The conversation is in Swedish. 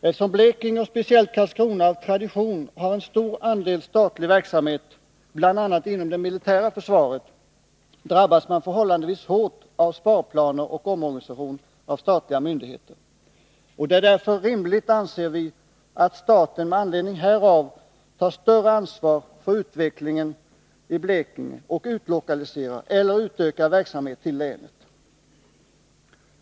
Eftersom Blekinge och speciellt Karlskrona av tradition har en stor andel statlig verksamhet, bl.a. inom försvaret, årabbas man förhållandevis hårt av sparplaner och omorganisation inom statliga myndigheter. Det är rimligt, anser vi, att staten med anledning härav tar större ansvar för utvecklingen i Blekinge och utlokaliserar till eller utökar verksamhet i länet.